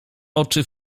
oczy